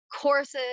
courses